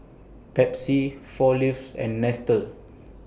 Pepsi four Leaves and Nestle